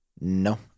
No